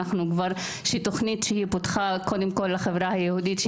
שהיא תוכנית שפותחה קודם כול לחברה היהודית.